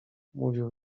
mówił